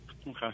Okay